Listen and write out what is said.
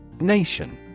Nation